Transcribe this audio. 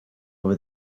over